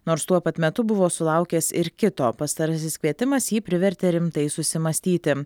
nors tuo pat metu buvo sulaukęs ir kito pastarasis kvietimas jį privertė rimtai susimąstyti